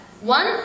One